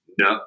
no